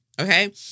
Okay